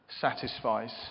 satisfies